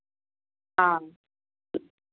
हँ